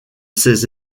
ses